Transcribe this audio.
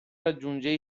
raggiunge